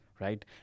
right